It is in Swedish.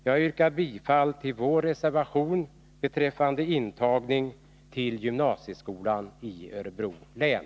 Jag yrkar bifall till vår reservation beträffande betygsfri intagning till gymnasieskolan i Örebro län.